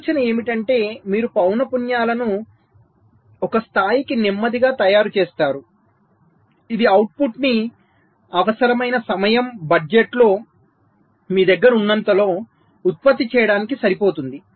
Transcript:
ఆలోచన ఏమిటంటే మీరు పౌనపున్యాలను ఒక స్థాయికి నెమ్మదిగా తయారుచేస్తారు ఇది ఔట్పుట్ని అవసరమైన సమయం బడ్జెట్లో మీ దగ్గర ఉన్నంతలో ఉత్పత్తి చేయడానికి సరిపోతుంది